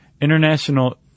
international